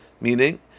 meaning